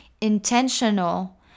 intentional